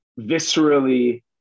viscerally